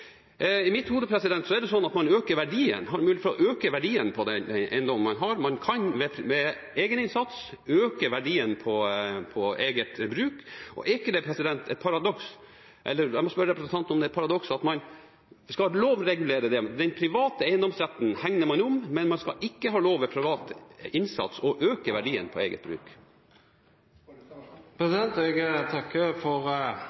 I mitt hode er det sånn at man har mulighet for å øke verdien på den eiendommen man har, man kan ved egeninnsats øke verdien på eget bruk. Jeg må spørre representanten om det er et paradoks at man skal lovregulere det. Den private eiendomsretten hegner man om, men man skal ikke ha lov ved privat innsats å øke verdien på eget bruk. Jeg takker for